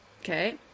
Okay